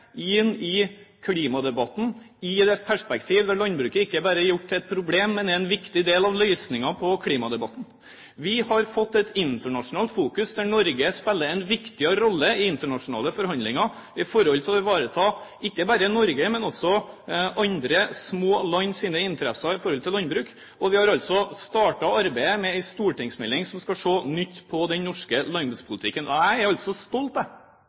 i klimadebatten, i et perspektiv der landbruket ikke bare er gjort til et problem, men en viktig del av løsningen i klimadebatten. Vi har fått et internasjonalt fokus, der Norge spiller en viktig rolle i internasjonale forhandlinger for å ivareta ikke bare Norges, men også andre små lands interesser når det gjelder landbruk. Vi har startet arbeidet med en stortingsmelding som skal se nytt på den norske landbrukspolitikken. Jeg er stolt